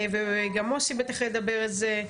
גם מוסי בטח ידבר על זה.